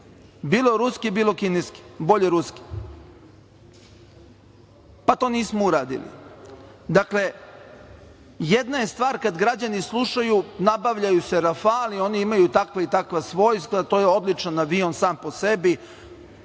bilo ruski, bilo kineski, bolje ruski, pa to nismo uradili. Dakle, jedna je stvar kada građani slušaju, nabavljaju se „Rafali“, oni imaju takva i takva svojstva, to je odličan avion sam po sebi,